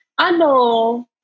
Ano